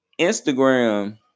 Instagram